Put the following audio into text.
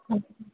हा